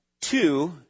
two